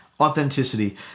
authenticity